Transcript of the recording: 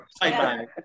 Bye-bye